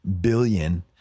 billion